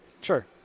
Sure